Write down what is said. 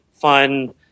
fun